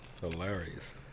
Hilarious